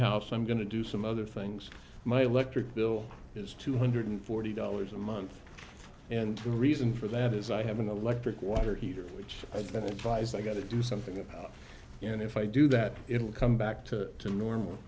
house i'm going to do some other things my electric bill is two hundred forty dollars a month and the reason for that is i have an electric water heater which i think lies i got to do something about and if i do that it will come back to normal